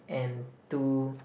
and two